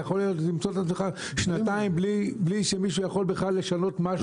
יכול למצוא את עצמך שנתיים בלי שמישהו יכול בכלל לשנות משהו.